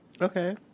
Okay